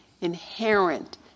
inherent